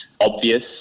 obvious